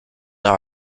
are